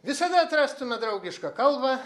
visada atrastume draugišką kalbą